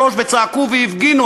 שלוש וצעקו והפגינו,